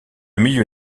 milieu